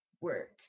work